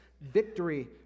victory